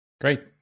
Great